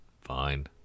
Fine